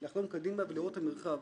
לחלום קדימה ולראות את המרחב.